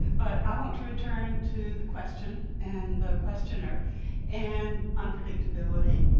but i want to return to the question and the questioner and unpredictability.